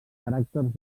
caràcters